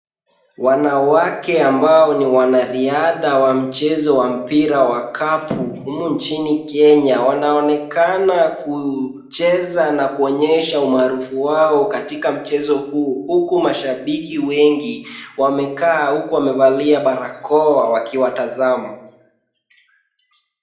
Wanawake ambao ni wanariadha wa mchezo wa mpira wa kapu humu nchini Kenya wanaonekana kucheza na kuonyesha umaarufu wao katika mchezo huu huku mashabaki wengi wamekaa huku wamevalia barakoa wakiwatazama.